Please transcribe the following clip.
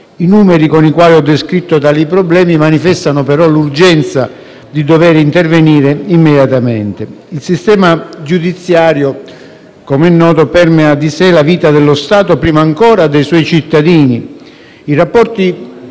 I numeri con i quali ho descritto tali problemi manifestano, però, l'urgenza di dover intervenire immediatamente. Il sistema giudiziario, com'è noto, permea di sé la vita dello Stato prima ancora dei suoi cittadini.